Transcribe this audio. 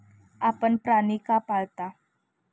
आपण प्राणी का पाळता?